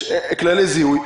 יש כללי זיהוי.